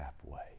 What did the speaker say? halfway